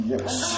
Yes